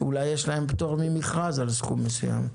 אולי יש להם פטור ממכרז על סכום מסוים.